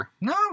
No